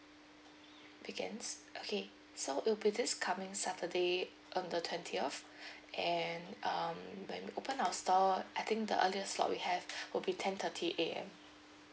weekends okay so it'll be this coming saturday on the twentieth and um when we open our store I think the earliest slot we have would be ten thirty A_M